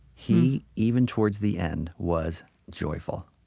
he, even towards the end, was joyful.